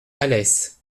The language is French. alès